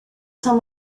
saint